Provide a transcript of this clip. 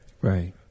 Right